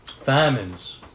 famines